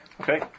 Okay